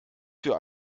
für